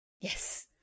Yes